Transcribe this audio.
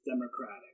democratic